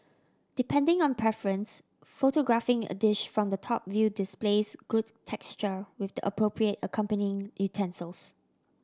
depending on preference photographing a dish from the top view displays good texture with the appropriate accompanying utensils